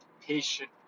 patient